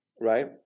right